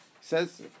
Says